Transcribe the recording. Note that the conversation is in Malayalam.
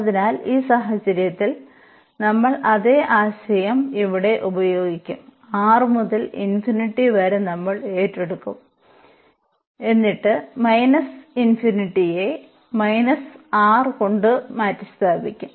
അതിനാൽ ഈ സാഹചര്യത്തിൽ നമ്മൾ അതേ ആശയം ഇവിടെ ഉപയോഗിക്കും R മുതൽ വരെ നമ്മൾ ഏറ്റെടുക്കും എന്നിട്ട് ∞ യെ R കൊണ്ട്മാറ്റിസ്ഥാപിക്കും